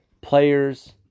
Players